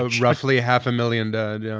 ah roughly half a million dead. yeah.